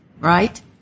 right